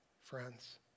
friends